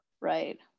Right